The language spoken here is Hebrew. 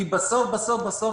כי בסוף בסוף בסוף,